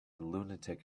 lunatic